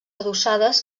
adossades